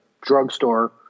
drugstore